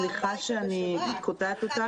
סליחה שאני קוטעת אותך.